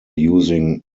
using